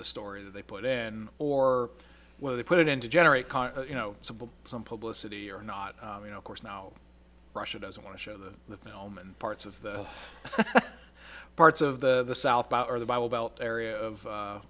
the story that they put in or whether they put it in to generate you know some publicity or not you know of course now russia doesn't want to show them the film and parts of the parts of the south are the bible belt area of